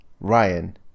ryan